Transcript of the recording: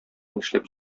нишләп